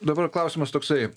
dabar klausimas toksai